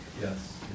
yes